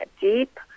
deep